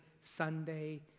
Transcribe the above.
Sunday